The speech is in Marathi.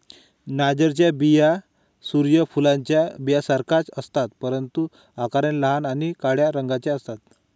नायजरच्या बिया सूर्य फुलाच्या बियांसारख्याच असतात, परंतु आकाराने लहान आणि काळ्या रंगाच्या असतात